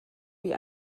wie